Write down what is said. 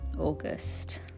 August